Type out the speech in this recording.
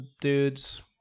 dudes